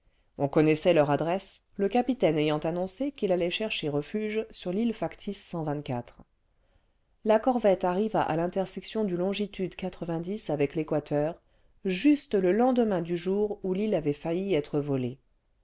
on connaissait leur adresse le capitaine ayant annoncé qu'il allait chercher refuge sur l'île factice la corvette arriva à l'intersection du longitude avec péquateur juste le lendemain du jour où l'île avait failli être volée